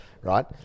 right